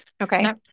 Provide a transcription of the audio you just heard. Okay